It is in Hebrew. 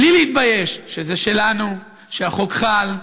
בלי להתבייש, שזה שלנו, שהחוק חל.